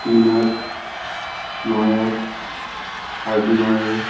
তিন আট নয় আট আট নয়ে